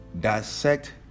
dissect